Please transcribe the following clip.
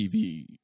TV